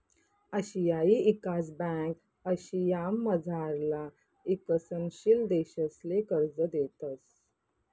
आशियाई ईकास ब्यांक आशियामझारला ईकसनशील देशसले कर्ज देतंस